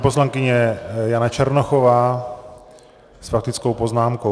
Poslankyně Jana Černochová s faktickou poznámkou.